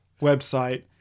website